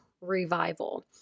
revival